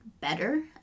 better